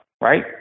right